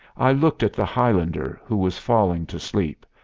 i looked at the highlander, who was falling to sleep,